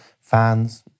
fans